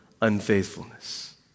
unfaithfulness